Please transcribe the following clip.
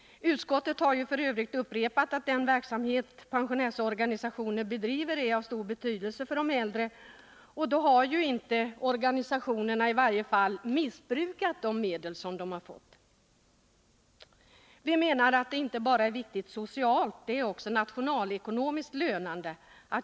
Utskottet har f. ö. upprepat att den verksamhet pensionärsorganisationerna bedriver är av stor betydelse för de äldre. Då har ju organisationerna i varje fall inte missbrukat de medel som de har fått. Det är, enligt vår mening, viktigt inte bara socialt, det är också nationalekonomiskt lönande.